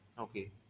Okay